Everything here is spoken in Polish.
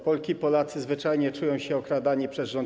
Polki i Polacy zwyczajnie czują się okradani przez rząd